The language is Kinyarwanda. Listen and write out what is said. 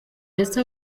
ndetse